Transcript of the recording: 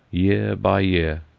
year by year.